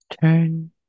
turn